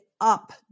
up